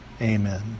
amen